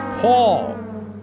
Paul